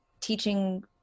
teaching